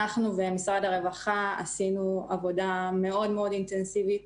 אנחנו ומשרד הרווחה עשינו עבודה מאוד-מאוד אינטנסיבית